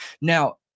Now